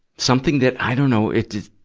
something that, i dunno, it,